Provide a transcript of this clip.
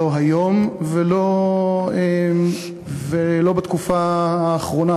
לא היום ולא בתקופה האחרונה.